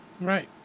Right